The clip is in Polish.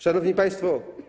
Szanowni Państwo!